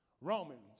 Romans